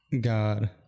god